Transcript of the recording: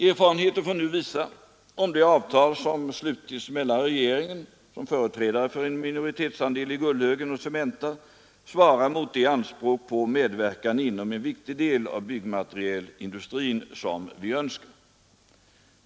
Erfarenheten får nu visa om det avtal som slutits mellan regeringen — som företrädare för en minoritetsandel i Gullhögen och Cementa — svarar mot de anspråk på medverkan inom en viktig del av byggmaterialindustrin som vi har.